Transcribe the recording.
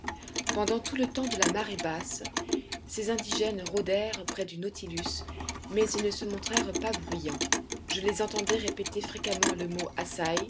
pendant tout le temps de la marée basse ces indigènes rôdèrent près du nautilus mais ils ne se montrèrent pas bruyants je les entendais répéter fréquemment le mot